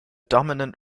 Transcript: dominant